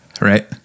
Right